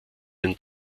den